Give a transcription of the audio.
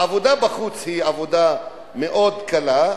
העבודה בחוץ היא עבודה מאוד קלה,